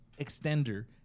extender